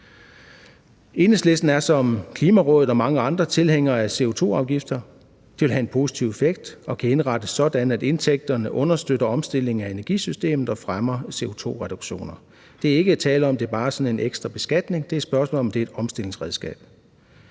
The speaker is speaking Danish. Enhedslisten er som Klimarådet og mange andre tilhængere af CO2-afgifter. Det vil have en positiv effekt og kan indrettes sådan, at indtægterne understøtter omstillingen af energisystemer og fremmer CO2-reduktionerne. Der er ikke tale om, at det bare er sådan en ekstra beskatning; det er et omstillingsredskab.